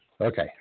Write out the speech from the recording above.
Okay